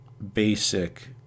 basic